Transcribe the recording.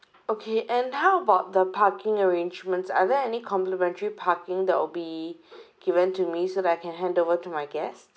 okay and how about the parking arrangements are there any complimentary parking that will be given to me so that I can hand over to my guest